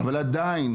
אבל עדיין,